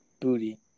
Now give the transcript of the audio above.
booty